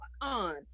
on